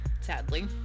sadly